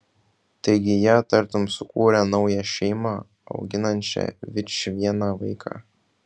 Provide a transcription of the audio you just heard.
taigi jie tartum sukūrė naują šeimą auginančią vičvieną vaiką